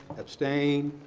abstain.